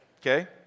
okay